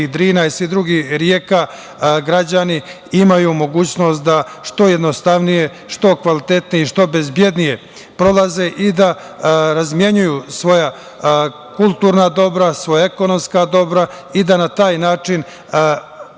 „Drina“ i svih drugih reka, građani imaju mogućnost da što jednostavnije, što kvalitetnije i što bezbednije prolaze i da razmenjuju svoja kulturna dobra, svoja ekonomska dobra i da na taj način